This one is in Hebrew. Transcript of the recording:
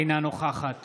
אינה נוכחת